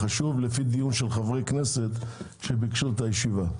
חשוב וזה דיון של חברי כנסת שביקשו את הישיבה.